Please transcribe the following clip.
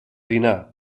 dinar